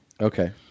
Okay